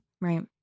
Right